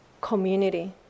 community